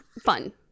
fun